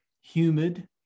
humid